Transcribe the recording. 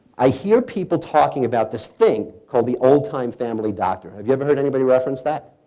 i hear people talking about this thing called the old-time family doctor. have you ever heard anybody reference that?